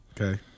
Okay